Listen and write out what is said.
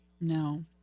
No